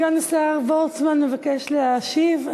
סגן השר וורצמן מבקש להשיב.